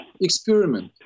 Experiment